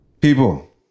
People